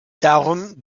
darum